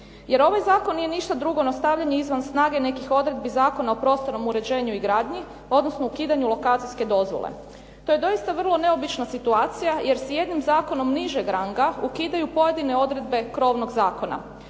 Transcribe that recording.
Jer ovaj zakon nije ništa drugo, no stavljanje izvan snage nekih odredbi Zakona o prostornom uređenju i gradnji, odnosno ukidanju lokacijske dozvole. To je doista vrlo neobična situacija jer se jednim zakonom nižeg ranga ukidaju pojedine odredbe krovnog zakona.